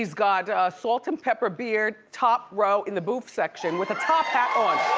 he's got a salt and pepper beard, top row in the boof section with a top hat on.